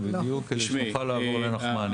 שנמשך בעבר 27 שבועות.